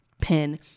pin